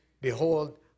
Behold